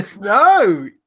no